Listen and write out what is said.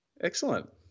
Excellent